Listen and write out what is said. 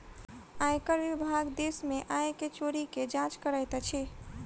आयकर विभाग देश में आय के चोरी के जांच करैत अछि